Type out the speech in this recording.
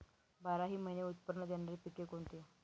बाराही महिने उत्त्पन्न देणारी पिके कोणती?